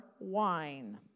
wine